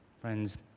friends